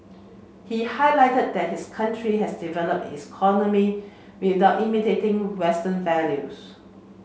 he highlighted that his country had developed its economy without imitating western values